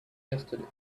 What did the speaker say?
yesterday